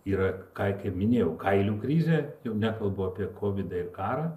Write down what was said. yra ką kaip minėjau kailių krizė jau nekalbu apie kovidą ir karą